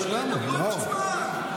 קחו את הזמן.